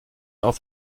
auf